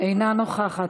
אינה נוכחת.